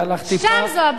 שם זו הבעיה.